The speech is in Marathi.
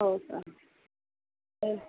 हो का हो